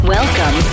Welcome